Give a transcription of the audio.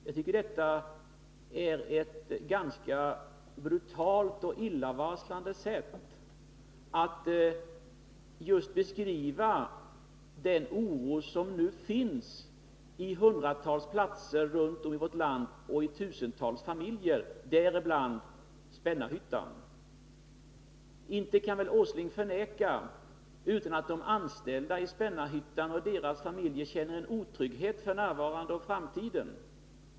Jag tycker detta är ett brutalt och illavarslande sätt att beskriva den oro som nu finns på hundratals platser och i tusentals familjer runt om i vårt land. Inte kan väl Nils Åsling förneka att de anställda i Spännarhyttan och deras familjer känner otrygghet inför framtiden?